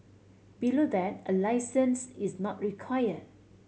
below that a licence is not require